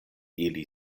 ili